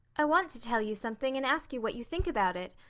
i want to tell you something and ask you what you think about it.